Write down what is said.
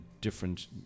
different